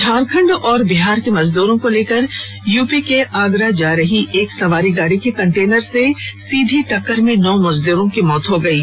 झारखंड और बिहार के मजदूरों को लेकर यूपी के आगरा जा रही एक सवारी गाड़ी के कंटेनर से सीधी टक्कर में नौ मजदूरों की मौत हो गयी है